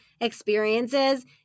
experiences